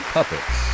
Puppets